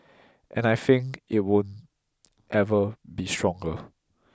and I think it won't ever be stronger